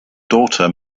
daughter